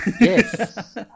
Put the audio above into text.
Yes